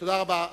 תודה רבה.